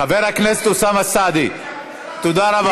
חבר הכנסת אוסאמה סעדי, תודה רבה.